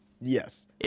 yes